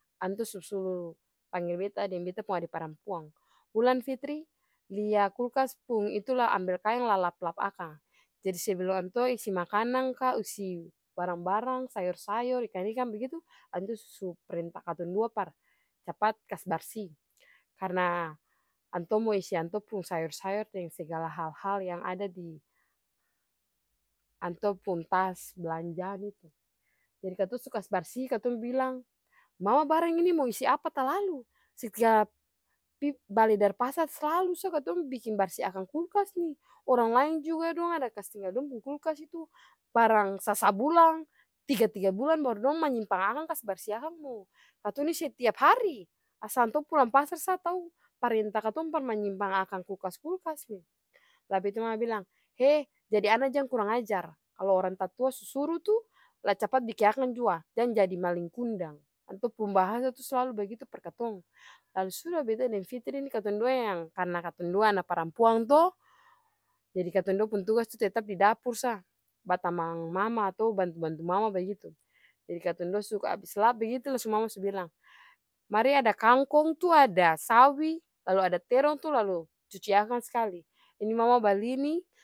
Antua su-suruh panggel beta deng beta pung ade parampuan, wulan, fitri, lia kulkas pung itu lah ambel kaeng lah lap-lap akang, jadi sebelum antua isi makanan ka isi barang-barang, sayor-sayor, ikan-ikan bagitu, antu su printa katong dua par capat kasi barsi, karna antua mo isi antua pung sayor-sayor deng segala hal yang ada diantua pung tas blanjaan itu, jadi katong su kas barsi katong bilang, mama ini barang mo isi apa talalu setiap pi bale dari pasar slalu sa katong biking barsi akang kulkas nih, orang laeng jua dong ada kastinggal akang dong pung kulkas itu barang sa-sabulang tiga tiga bulan baru dong manyimpang akang kasi barsi akang mo, katong nih setiap hari, asal antua pulang pasar sa tau parinta katong par manyimpang akang kulkas kulkas ni. lah beta mama bilang heh jadi ana jang kurangajar kalu orang tatua su suru tuh lah capat biking akang jua jang jadi malin kundang, antua pung bahasa tuh slalu bagitu par katong, lalu suda beta deng fitri nih katong dua yang karna katong dua ana parampuan to jadi katong dua pung tugas tetap didapor sa, batamang mama to bantu-bantu mama bagitu. Jadi katong dua abis lap bagitu langsung mama su bilang mari ada kangkong tuh ada sawi lalu ada terong tuh cuci akang skali ini mama bali nih.